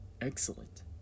Excellent